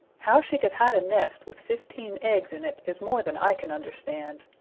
how she could hide a nest with fifteen eggs in it is more than i can understand.